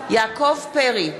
יעקב פרי,